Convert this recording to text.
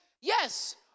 Yes